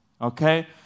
okay